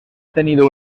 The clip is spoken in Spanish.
tenido